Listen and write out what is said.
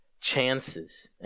chances